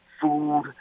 food